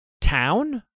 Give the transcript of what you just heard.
town